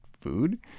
food